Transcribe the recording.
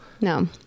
No